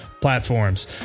platforms